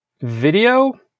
video